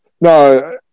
No